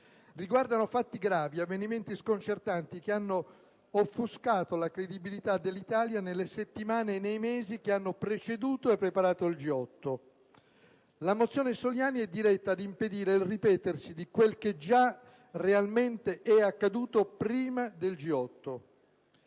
Riguardano fatti gravi, avvenimenti sconcertanti, che hanno offuscato la credibilità dell'Italia nelle settimane e nei mesi che hanno preceduto e preparato il G8. La mozione Soliani è diretta ad impedire il ripetersi di quel che è già realmente accaduto prima del G8.